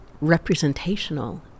representational